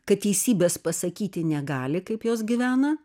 kad teisybės pasakyti negali kaip jos gyvena